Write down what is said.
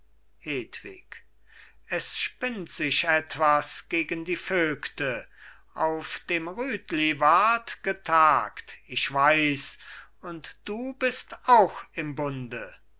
es spinnt sich etwas gegen die vögte auf dem rütli ward getagt ich weiss und du bist auch im bunde